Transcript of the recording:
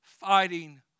fighting